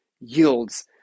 yields